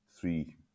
three